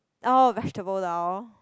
oh vegetable lah hor